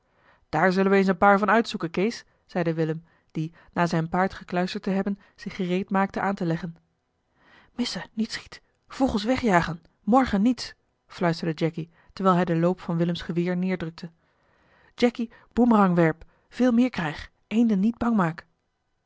daar zullen we eens een paar van uitzoeken kees zeide willem die na zijn paard gekluisterd te hebben zich gereed maakte aan te leggen missa niet schiet vogels wegjagen morgen niets fluisterde jacky terwijl hij den loop van willems geweer neerdrukte jacky boemerang werp veel meer krijg eenden niet bang maak